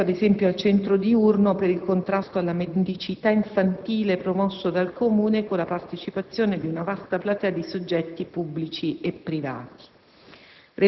penso, ad esempio, al Centro diurno per il contrasto alla mendicità infantile promosso dal Comune, con la partecipazione di una vasta platea di soggetti pubblici e privati.